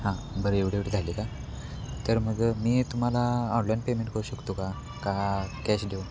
हां बरं एवढे एवढे झाले का तर मग मी तुम्हाला ऑनलाईन पेमेंट करू शकतो का का कॅश देऊ